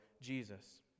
Jesus